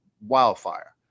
wildfire